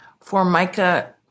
Formica